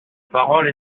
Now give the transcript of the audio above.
parole